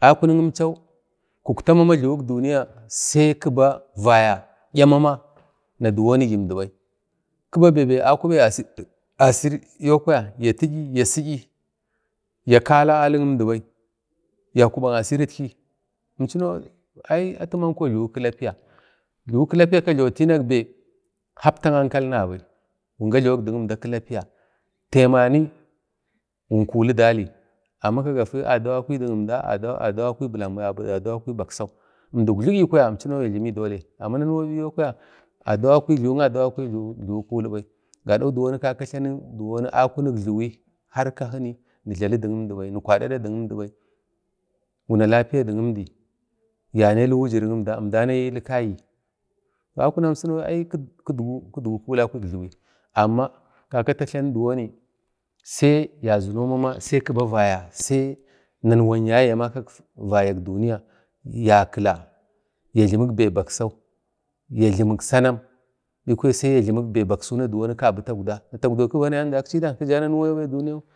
akunik inchau kazina mama sai kiba vaya 'yamama na diwoni gi əmdi bai, kiba bai babu akubegi asirni, ya si'yi, yakala alik əmdi bai ya kbak asiritki inkunai atiyau jliwi kilapiya, jliwi kilapiya ka jlani alai bai kapta ankal nabai wun ga jlawa dik əmda kilapiya taibani wun kuli dali amma kagafi adan akai dik əmda adawakwai bilan bai adawakai baksau əmdi ukjiligikwaya imchau kata dolai amma nanuwa bi yokwaya adawakwai, jliwik adawakwai jliwi kulibai gado diwoni kaka tlanin har akunik jliwi ka kini wun jla dik əmda bai wun kwadi ada dik əmdi bai wuna lapiya dik əmdi yane ilik wujir kimda əmda ane ilikagi akunarnsinau ai kidgu kulik jliwi amma kaka ta tlani diwoni sai ya zino mama sai kiba vaya sai ya zino mama sai kiba vaya sai nanwan yaye yamakak vayak duniya, ya kila, ya jlimi bai baksau, ya jlimik sanam bikwaya sai ya jlimik bai baksauna kabi taukda na taukdau kibana yamdaksi idan kija nanuwa yaubai əduniyawu,